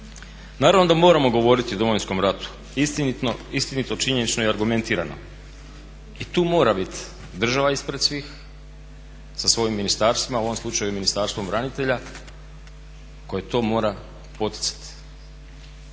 Naravno da moramo govoriti o Domovinskom ratu, istinito, činjenično i argumentirano i tu mora biti država ispred svih sa svojim ministarstvima u ovom slučaju Ministarstvom branitelja koje to mora poticati,